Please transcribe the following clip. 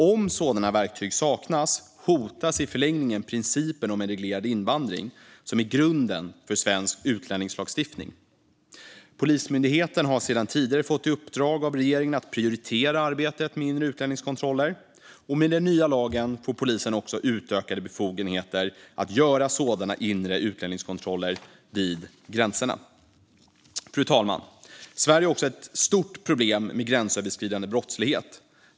Om sådana verktyg saknas hotas i förlängningen principen om en reglerad invandring, som är grunden för svensk utlänningslagstiftning. Polismyndigheten har sedan tidigare fått i uppdrag av regeringen att prioritera arbetet med inre utlänningskontroller. Med den nya lagen får polisen också utökade befogenheter att göra sådana inre utlänningskontroller vid gränserna. Fru talman! Sverige har också ett stort problem med gränsöverskridande brottslighet.